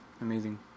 amazing